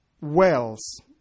wells